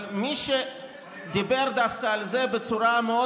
אבל מי שדיבר דווקא על זה בצורה מאוד